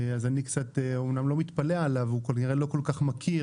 הוא כנראה לא כל כך מכיר,